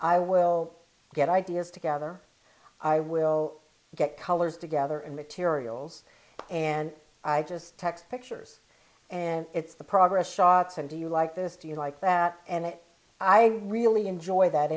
i will get ideas together i will get colors together and materials and i just text pictures and it's the progress shots and do you like this do you like that and it i really enjoy that